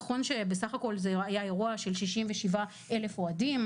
נכון שבסך הכול זה היה אירוע של 67,000 אוהדים,